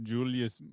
Julius